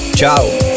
ciao